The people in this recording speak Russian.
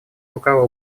рука